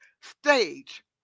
stage